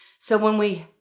so when we,